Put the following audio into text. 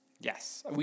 Yes